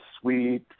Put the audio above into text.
sweet